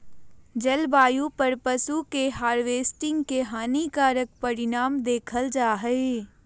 जलवायु पर पशु के हार्वेस्टिंग के हानिकारक परिणाम देखल जा हइ